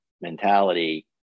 mentality